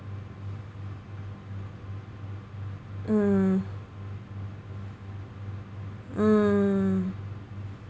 mm mm